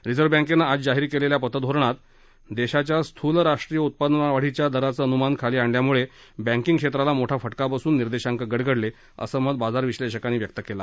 reserve बँकेनं आज जाहीर केलेल्या पतधोरणात देशाच्या स्थूल राष्ट्रीय उत्पन्नवाढीच्या दराचं अनुमान खाली आणल्यामुळे बँकिंग क्षेत्राला मोठा फटका बसून निर्देशांक गडगडले असं मत बाजार विश्लेषकांनी व्यक्त केलं